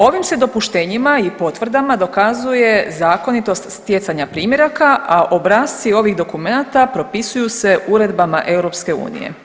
Ovim se dopuštenjima i potvrdama dokazuje zakonitost stjecanja primjeraka, a obrasci ovih dokumenata propisuju se uredbama EU.